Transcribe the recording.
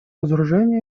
разоружения